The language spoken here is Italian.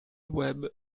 web